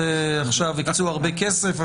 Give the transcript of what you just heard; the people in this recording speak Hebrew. הקצו לזה עכשיו הרבה כסף,